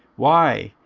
why,